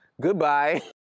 goodbye